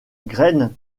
graines